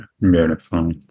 Beautiful